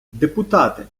депутати